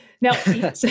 now